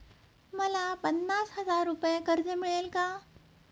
मला पन्नास हजार रुपये कर्ज मिळेल का?